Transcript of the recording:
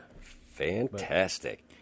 Fantastic